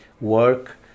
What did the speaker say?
work